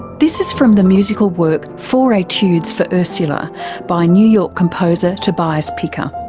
this is from the musical work four etudes for ursula by new york composer tobias picker.